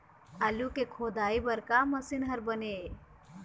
आलू के खोदाई बर का मशीन हर बने ये?